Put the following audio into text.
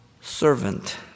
servant